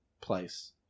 place